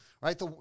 Right